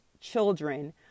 children